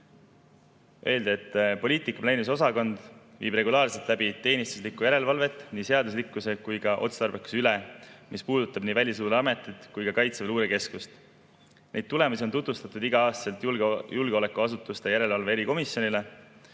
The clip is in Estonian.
Öeldi, et poliitika planeerimise osakond viib regulaarselt läbi teenistuslikku järelevalvet nii seaduslikkuse kui ka otstarbekuse üle, mis puudutab nii Välisluureametit kui ka Kaitseväe Luurekeskust. Neid tulemusi on tutvustatud igal aastal julgeolekuasutuste järelevalve erikomisjonile.